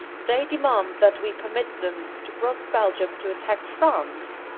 they demand that we permit them to cross belgium to attack france.